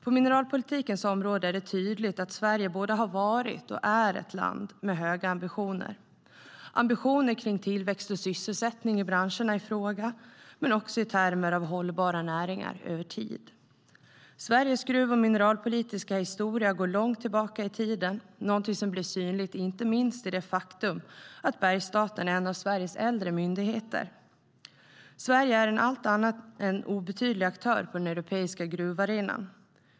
På mineralpolitikens område är det tydligt att Sverige både har varit och är ett land med höga ambitioner när det gäller tillväxt och sysselsättning i branscherna i fråga men också i termer av hållbara näringar över tid. Sveriges gruv och mineralpolitiska historia går långt tillbaka i tiden, vilket inte minst blir synligt av det faktum att Bergsstaten är en av de äldsta statliga verksamheterna i Sverige. Sverige är en allt annat än obetydlig aktör på den europeiska gruvarenan.